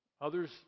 Others